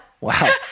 Wow